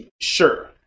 sure